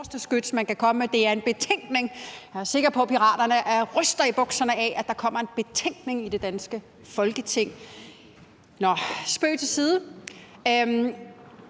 at det hårdeste skyts, man kan komme med, er en betænkning. Jeg er sikker på, at piraterne ryster i bukserne af, at der kommer en betænkning i det danske Folketing. Nå, spøg til side.